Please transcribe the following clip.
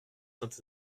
sainte